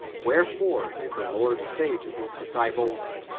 wherefore did the lord say to his disciples,